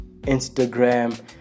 Instagram